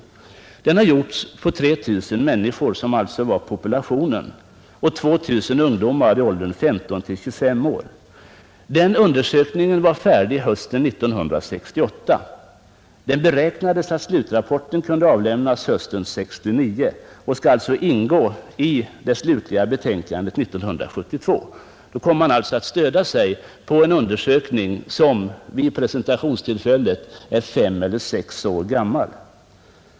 Denna undersökning har utförts på 3 000 personer, som utgör ett tvärsnitt av populationen, och på 2000 ungdomar i åldern 15—25 år. Den undersökningen blev färdig hösten 1968. Det beräknades att slutrapporten skulle kunna avlämnas hösten 1969, och den skall ingå i det slutliga betänkandet som skall framläggas hösten 1972. Utredningen kommer alltså att stödja sig på en undersökning som, när betänkandet läggs fram, är fem eller sex år gammal.